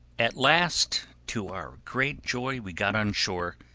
at last to our great joy we got on shore,